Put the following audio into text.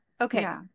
Okay